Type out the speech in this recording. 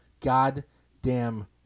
goddamn